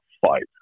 fight